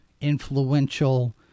influential